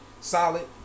solid